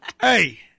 Hey